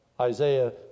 Isaiah